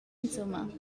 insumma